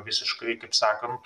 visiškai kaip sakant